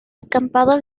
acampada